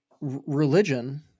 religion